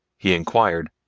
he inquired,